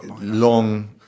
long